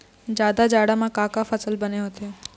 जादा जाड़ा म का का फसल बने होथे?